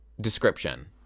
description